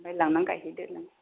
आमफ्राइ लांना गायहैदो नों